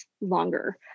longer